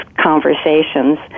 conversations